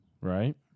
Right